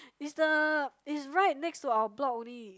is the is right next to our block only